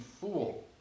fool